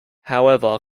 however